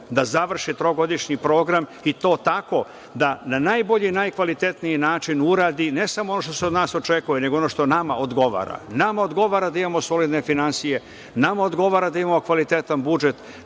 da završi trogodišnji program i to tako da na najbolji i najkvalitetniji način uradi, ne samo ono što se od nas očekuje, nego i ono što nama odgovara. Nama odgovara da imamo solidne finansije, nama odgovara da imamo kvalitetan budžet,